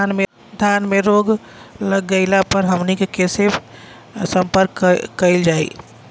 धान में रोग लग गईला पर हमनी के से संपर्क कईल जाई?